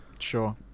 Sure